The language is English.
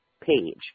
page